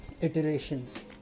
iterations